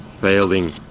failing